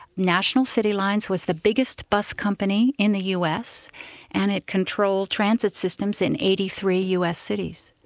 national city lines was the biggest bus company in the us and it controlled transit systems in eighty three us cities.